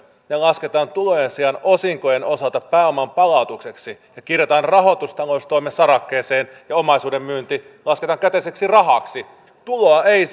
lasketaan tulojen sijaan osinkojen osalta pääoman palautukseksi ja kirjataan rahoitustaloustoimen sarakkeeseen ja omaisuuden myynti lasketaan käteiseksi rahaksi tuloa ei